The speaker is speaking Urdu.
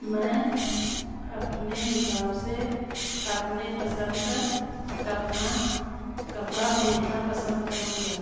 میں اپنے حساب سے اپنے پسند کا کپنا کپڑا پہننا پسند کروں گا